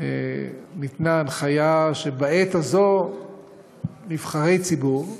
ניתנה הנחיה שבעת הזאת נבחרי ציבור,